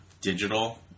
digital